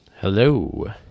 Hello